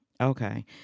Okay